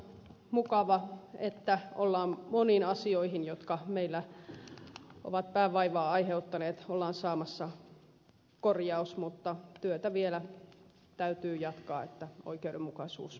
mukava että moniin asioihin jotka meillä ovat päänvaivaa aiheuttaneet ollaan saamassa korjaus mutta työtä vielä täytyy jatkaa että oikeudenmukaisuus paranisi